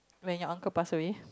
when your uncle pass away